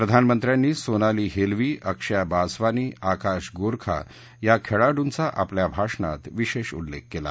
प्रधानमंत्र्यांनी सोनाली हेलवी अक्षया बासवानी आकाश गोरखा या खेळाडूंचा आपल्या भाषणात विशेष उल्लेख केला